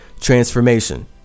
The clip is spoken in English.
transformation